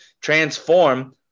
transform